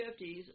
1950s